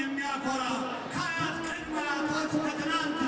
no no